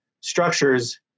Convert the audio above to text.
structures